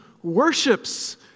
worships